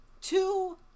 two